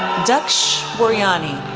daksh varyani,